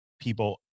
people